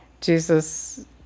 Jesus